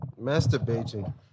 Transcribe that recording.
Masturbating